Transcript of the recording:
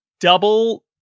Double